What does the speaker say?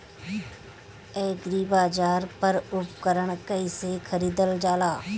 एग्रीबाजार पर उपकरण कइसे खरीदल जाला?